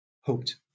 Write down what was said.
hoped